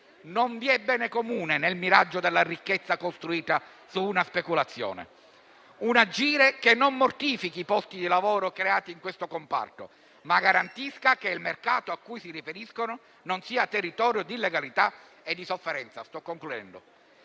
Non vi è bene comune nel miraggio della ricchezza costruita su una speculazione. Un agire che non mortifichi i posti di lavoro creati in questo comparto, ma che garantisca che il mercato cui si riferiscono non sia territorio di illegalità e di sofferenza.